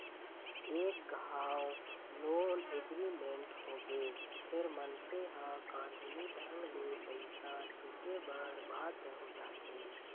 एक घांव loan agreement होगे फेर मनखे ह कानूनी ढंग ले पइसा छूटे बर बाध्य हो जाथे